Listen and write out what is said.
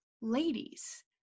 ladies